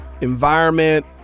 environment